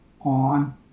on